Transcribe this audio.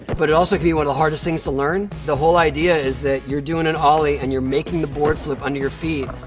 but it also can be one of the hardest things to learn. the whole idea is that you're doing an ollie, and you're making the board flip under your feet.